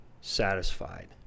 satisfied